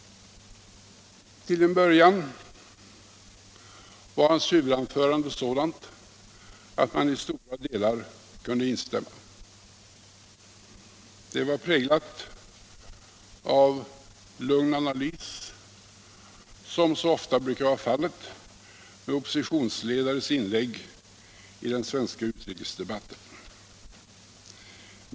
Till en början var hans huvudanförande sådant att man i stora delar kunde instämma. Det var präglat av lugn analys, som så ofta brukar vara fallet med oppositionsledares inlägg i den svenska utrikesdebatten.